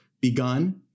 begun